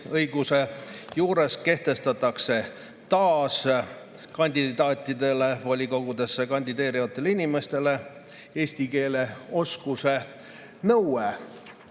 juures kehtestatakse taas kandidaatidele, volikogudesse kandideerivatele inimestele, eesti keele oskuse nõue.